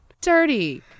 Dirty